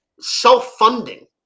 self-funding